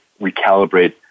recalibrate